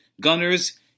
Gunners